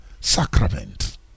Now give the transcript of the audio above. sacrament